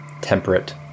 temperate